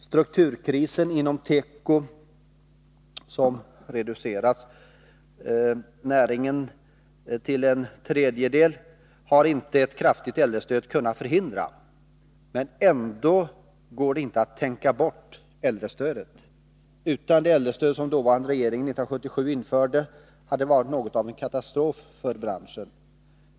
Strukturkrisen inom teko, som reducerat näringen till en tredjedel, har inte ett kraftigt äldrestöd kunnat förhindra. Men ändå går det inte att tänka bort äldrestödet. Utan det äldrestöd som regeringen införde 1977 hade det varit något av en katastrof för branschen.